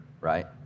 right